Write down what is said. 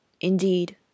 Indeed